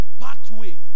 Pathway